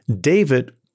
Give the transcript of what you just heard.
David